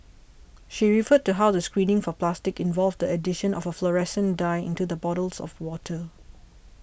she referred to how the screening for plastic involved addition of a fluorescent dye into the bottles of water